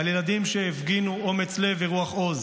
על ילדים שהפגינו אומץ לב ורוח עוז.